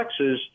flexes